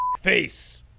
Face